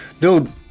Dude